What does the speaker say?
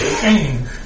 change